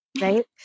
right